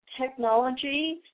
technology